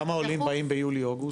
כמה עולים באים ביולי-אוגוסט?